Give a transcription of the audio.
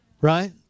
Right